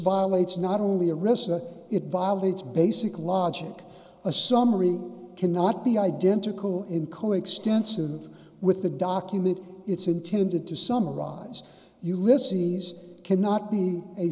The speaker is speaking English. violates not only arista it violates basic logic a summary cannot be identical in coextensive with the document it's intended to summarize you listen cannot be a